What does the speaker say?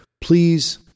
Please